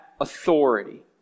authority